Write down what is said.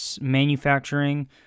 manufacturing